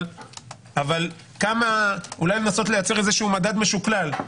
אבל לנסות לייצר מדד משוקלל,